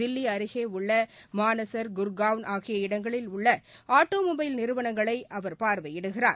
தில்லி அருகே உள்ள மனாசர் குர்காவ்ன் ஆகிய இடங்களில் உள்ள ஆட்டோ மொபைல் நிறுவனங்களை பார்வையிடுகிறார்